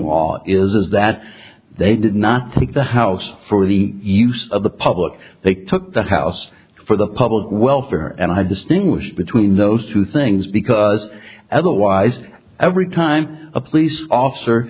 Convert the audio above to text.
law is that they did not take the house for the use of the public they took the house for the public welfare and i distinguish between those two things because otherwise every time a police officer